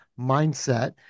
mindset